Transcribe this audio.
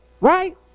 right